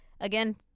Again